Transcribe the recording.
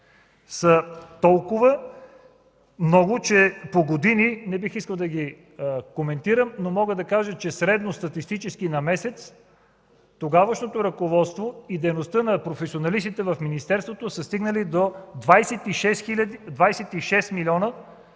са толкова много, че по години не бих искал да ги коментирам, но мога да кажа, че средностатистически на месец тогавашното ръководство и дейността на професионалистите в министерството са стигнали до 26 млн.